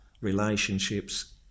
relationships